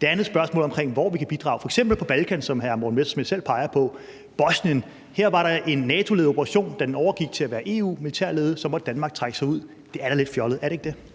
Det andet spørgsmål er, hvor vi kan bidrage. Det kan vi f.eks. på Balkan, som hr. Morten Messerschmidt selv peger på – i Bosnien. Her var der en NATO-ledet operation. Da den overgik til at være EU-militærledet, måtte Danmark trække sig ud. Det er da lidt fjollet, er det ikke det?